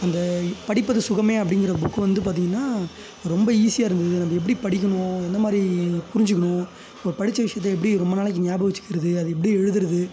அந்தப் படிப்பது சுகமே அப்படிங்கற புக்கு வந்து பார்த்தீங்கன்னா ரொம்ப ஈஸியாக இருந்தது நம்ம எப்படி படிக்கணும் என்ன மாதிரி புரிஞ்சுக்கணும் ஒரு படித்த விஷயத்த எப்படி ரொம்ப நாளைக்கு ஞாபகம் வெச்சிக்கறது அதை எப்படி எழுதுறது